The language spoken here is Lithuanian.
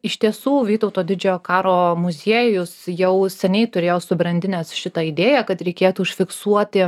iš tiesų vytauto didžiojo karo muziejus jau seniai turėjo subrandinęs šitą idėją kad reikėtų užfiksuoti